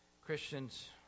Christians